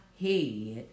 head